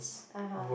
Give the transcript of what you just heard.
(uh huh)